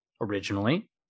originally